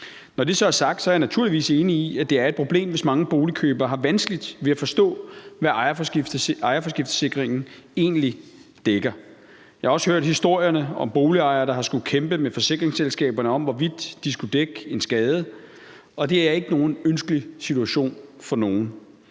Når det så er sagt, er jeg naturligvis enig i, at det er et problem, hvis mange boligkøbere har vanskeligt ved at forstå, hvad ejerskifteforsikringen egentlig dækker. Jeg har også hørt historierne om boligejere, som har skullet kæmpe med forsikringsselskaberne om, hvorvidt de skulle dække en skade, og det er ikke nogen ønskelig situation for nogen.